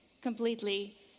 completely